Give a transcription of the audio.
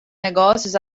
negócios